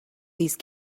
these